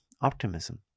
optimism